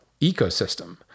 ecosystem